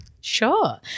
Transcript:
Sure